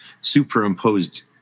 superimposed